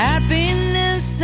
Happiness